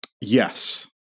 Yes